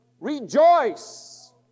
Rejoice